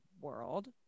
world